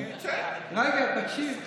רגע, תקשיב.